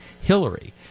Hillary